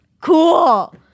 cool